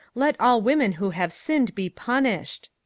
let all women who have sinned be punished.